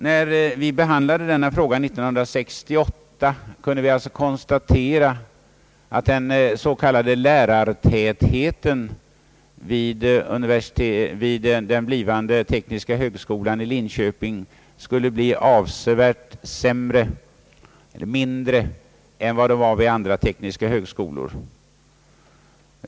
När vi behandlade den frågan 1968 kunde vi konstatera att den s.k. lärartätheten vid den blivande tekniska högskolan i Linköping skulle bli avsevärt mindre än vid andra tekniska högskolor.